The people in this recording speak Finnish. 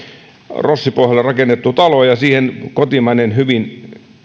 rossipohjalle rakennettu talo ja siihen kotimainen hyvin